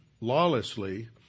lawlessly